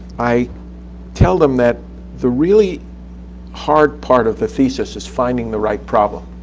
i tell them that the really hard part of the thesis is finding the right problem.